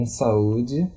saúde